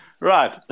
Right